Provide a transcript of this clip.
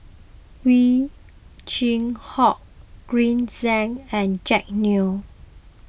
Ow Chin Hock Green Zeng and Jack Neo